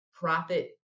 profit